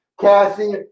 Cassie